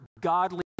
godly